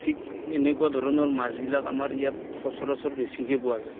ঠিক এনেকুৱা ধৰণৰ মাছবিলাক আমাৰ ইয়াত সচৰাচৰ বেছিকে পোৱা যায়